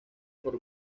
por